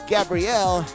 Gabrielle